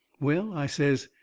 well, i says,